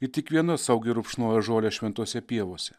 ir tik viena saugiai rupšnoja žolę šventose pievose